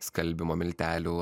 skalbimo miltelių